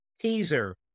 teaser